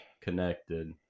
connected